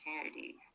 opportunity